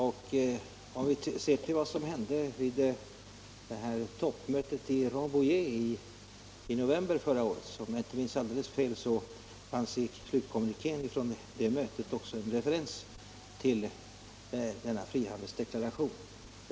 Och om vi ser till vad som hände vid toppmötet i Rambouillet utanför Paris i november förra året så fanns det, om jag inte minns alldeles fel, i stutkommunikén från det mötet också en referens till denna frihandelsdeklaration.